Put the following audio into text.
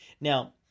Now